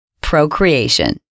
procreation